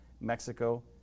Mexico